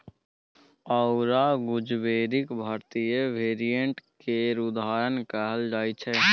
औरा गुजबेरीक भारतीय वेरिएंट केर उदाहरण कहल जाइ छै